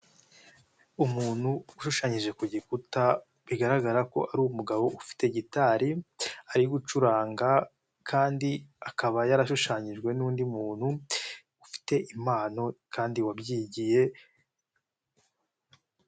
Umuntu ushushanyije ku gikuta bigaragara ko ari umugabo ufite gitari, ari gucuranga kandi akaba yarashushanyijwe n'undi muntu ufite impano kandi wabyigiye.